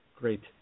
Great